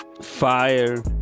fire